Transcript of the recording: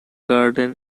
garden